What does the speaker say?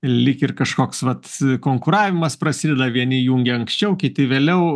lyg ir kažkoks vat konkuravimas prasideda vieni jungia anksčiau kiti vėliau